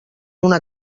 una